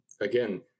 again